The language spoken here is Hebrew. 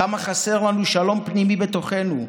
כמה חסר לנו שלום פנימי בתוכנו,